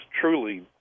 truly